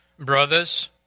Brothers